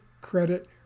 credit